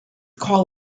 call